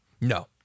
no